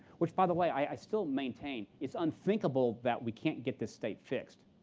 which, by the way, i still maintain, it's unthinkable that we can't get this state fixed.